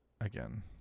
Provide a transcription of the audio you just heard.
Again